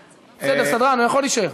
בסדר, סדרן, הוא יכול להישאר.